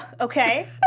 okay